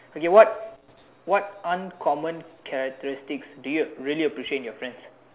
okay what what uncommon characteristics do you really appreciate in your friends